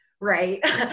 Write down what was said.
right